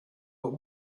but